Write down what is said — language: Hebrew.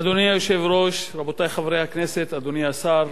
אדוני היושב-ראש, רבותי חברי הכנסת, אדוני השר,